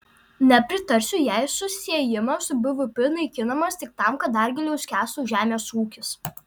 nepritarsiu jei susiejimas su bvp naikinamas tik tam kad dar giliau skęstų žemės ūkis